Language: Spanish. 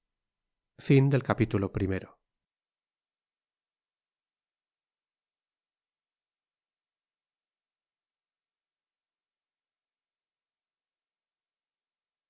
detrás del primero